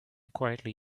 quietly